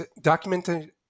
Documentation